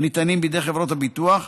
הניתנים בידי חברות הביטוח,